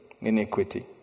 iniquity